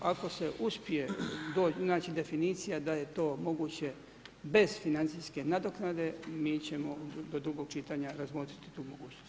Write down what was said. Ako se uspije naći definicija da je to moguće bez financijske nadoknade mi ćemo do drugog čitanja razmotriti tu mogućnost.